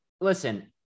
listen